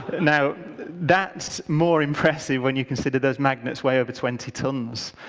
now that's more impressive when you consider those magnets weigh over twenty tons,